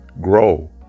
grow